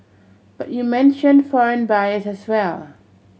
but you mentioned foreign buyers as well